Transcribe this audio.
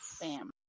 Bam